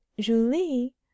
Julie